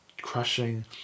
crushing